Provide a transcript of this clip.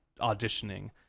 auditioning